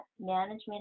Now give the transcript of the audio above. management